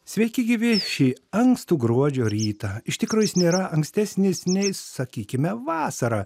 sveiki gyvi šį ankstų gruodžio rytą iš tikro jis nėra ankstesnis nei sakykime vasarą